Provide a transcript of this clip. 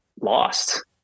lost